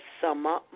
summer